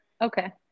Okay